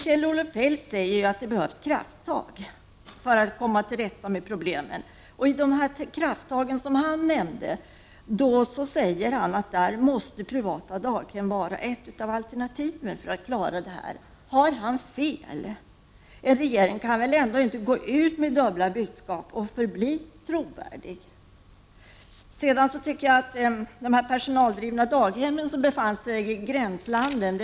Kjell-Olof Feldt sade att det behövs krafttag för att komma till rätta med problemen inom barnomsorgen. Han sade att privata daghem måste bli ett alternativ. Har han fel? Regeringen kan väl inte gå ut med dubbla budskap och tro att den blir trovärdig. Det sägs att personaldrivna daghem befinner sig i gränslandet.